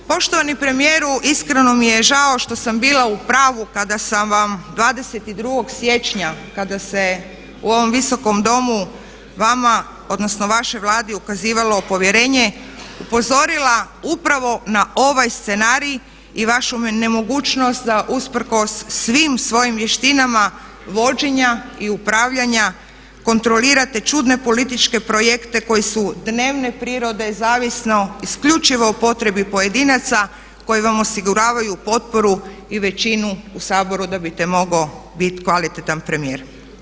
Poštovani premijeru, iskreno mi je žao što sam bila u pravu kada sam vam 22.siječnja kada se u ovom Visokom domu vama odnosno vašoj Vladi ukazivalo povjerenje upozorila upravo na ovaj scenarij i vašu nemogućnost da usprkos svim svojim vještinama vođenja i upravljanja kontrolirate čudne političke projekte koji su dnevne prirode zavisno, isključivo o potrebi pojedinaca koji vam osiguravaju potporu i većinu u Saboru da bi to mogao biti kvalitetan premijer.